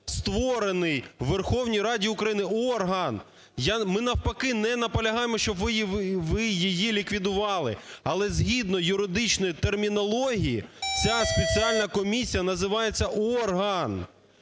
створений у Верховній Раді України, орган. Я, ми навпаки не наполягаємо, щоб ви її ліквідували, але згідно юридичної термінології, ця спеціальна комісія називається орган.